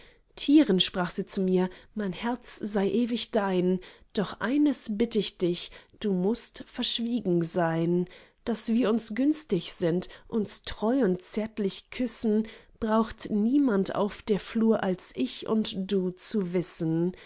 tiren sprach sie zu mir mein herz sei ewig dein doch eines bitt ich dich du mußt verschwiegen sein daß wir uns günstig sind uns treu und zärtlich küssen braucht niemand auf der flur als ich und du zu wissen